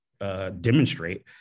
Demonstrate